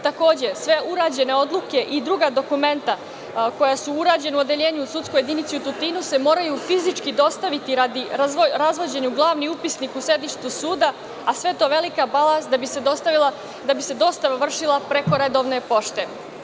Takođe, sve urađene odluke i druga dokumenta koja su urađena u odeljenju, u sudskoj jedinici u Tutinu moraju se fizički dostaviti radi razvođenja u glavni upis u sedištu suda, a sve je to velika balast da bi se dostava vršila preko redovne pošte.